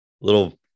little